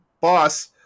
boss